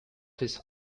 his